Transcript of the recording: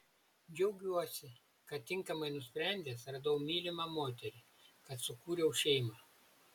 džiaugiuosi kad tinkamai nusprendęs radau mylimą moterį kad sukūriau šeimą